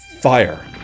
Fire